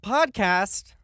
Podcast